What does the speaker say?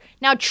now